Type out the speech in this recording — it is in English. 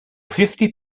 fifty